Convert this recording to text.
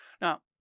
Now